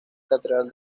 catedral